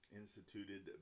instituted